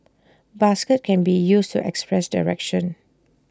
basket can be used to express direction